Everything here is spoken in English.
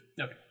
Okay